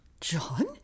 John